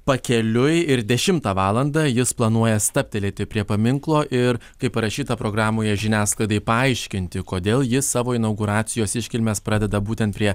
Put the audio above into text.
pakeliui ir dešimtą valandą jis planuoja stabtelėti prie paminklo ir kaip parašyta programoje žiniasklaidai paaiškinti kodėl jis savo inauguracijos iškilmes pradeda būtent prie